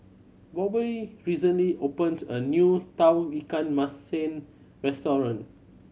Bobbye recently opened a new Tauge Ikan Masin restaurant